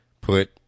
put